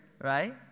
right